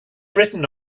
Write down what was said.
written